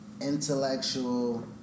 intellectual